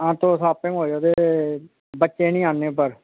हां तुस आपें आएओ ते बच्चे गी नेईं आह्नेओ पर